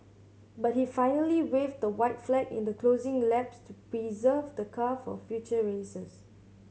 but he finally waved the white flag in the closing laps to preserve the car for future races